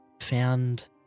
found